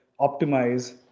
optimize